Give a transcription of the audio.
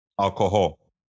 Alcohol